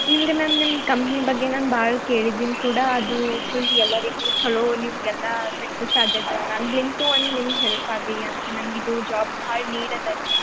ಇಲ್ರಿ ಮ್ಯಾಮ್ ನಿಮ್ಮ ಕಂಪ್ನಿ ಬಗ್ಗೆ ನಾನು ಭಾಳ ಕೇಳಿದೀನಿ ಕೂಡ ಅದು ಫುಲ್ ಎಲ್ಲರಿಗೂ ಚೊಲೋ ನೀವು ಎಲ್ಲ ಸಕ್ಸೆಸ್ ಆಗೈತೆ ನಮ್ಲಿಂತು ಒಂದು ನಿಮ್ಮ ಹೆಲ್ಪಾಗಲಿ ಅಂತ ನಂಗೆ ಇದು ಜಾಬ್ ಭಾಳ ನೀಡ್ ಇದೇರಿ ಈಗ